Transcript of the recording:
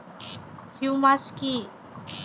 Humus কি?